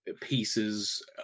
pieces